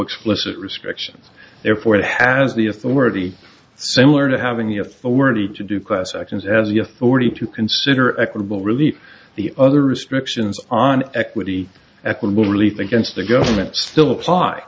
explicit restriction therefore it has the authority similar to having the authority to do class actions has the authority to consider equitable relief the other restrictions on equity equitable relief against the government still apply